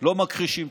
לא מכחישים,